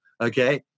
okay